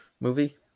movie